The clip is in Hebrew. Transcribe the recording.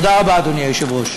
תודה רבה, אדוני היושב-ראש.